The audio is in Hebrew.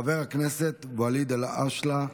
חבר הכנסת ואליד אלהואשלה,